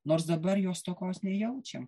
nors dabar jo stokos nejaučiam